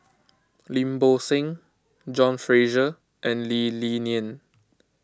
Lim Bo Seng John Fraser and Lee Li Lian